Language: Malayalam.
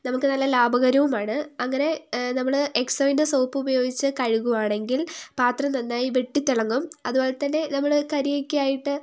നമുക്ക് നല്ല ലാഭകരവുമാണ് അങ്ങനെ നമ്മൾ എക്സോയിന്റെ സോപ്പ് ഉപയോഗിച്ച് കഴുകുകയാണെങ്കിൽ പാത്രം നന്നായി വെട്ടിത്തിളങ്ങും അതുപോലെത്തന്നെ നമ്മൾ കരിയൊക്കെയായിട്ട്